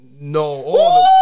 No